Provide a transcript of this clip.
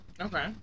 okay